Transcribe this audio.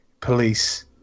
police